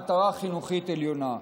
מטרה חינוכית עליונה.